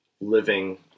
living